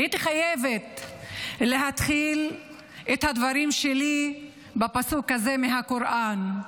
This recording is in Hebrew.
הייתי חייבת להתחיל את הדברים שלי בפסוק הזה מהקוראן.